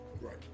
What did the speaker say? Right